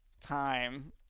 time